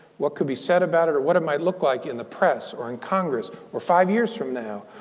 what could be said about it, or what it might look like in the press, or in congress, or five years from now,